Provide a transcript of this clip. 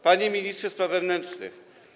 Panie Ministrze Spraw Wewnętrznych!